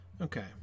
Okay